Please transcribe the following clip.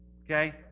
Okay